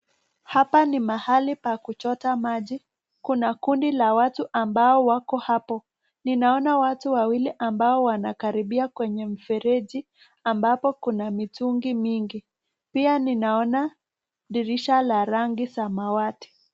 Hapa ni mahali pa kuchota maji, kuna kundi la watu ambao wako hapo. Ninaona watu wawili ambao wanakaribia kwenye mfereji ambapo kuna mitungi mingi. Pia ninaona dirisha la rangi samawati.